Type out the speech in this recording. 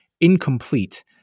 incomplete